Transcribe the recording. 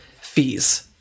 fees